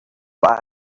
but